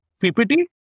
PPT